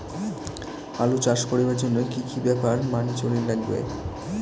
আলু চাষ করিবার জইন্যে কি কি ব্যাপার মানি চলির লাগবে?